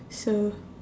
so